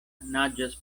naĝas